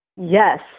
Yes